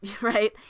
right